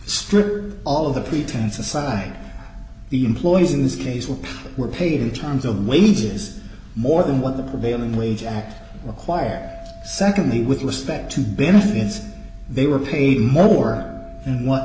strip all of the pretense aside the employees in this case will were paid in terms of wages more than what the prevailing wage act required secondly with respect to benefits they were paid more and what